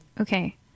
Okay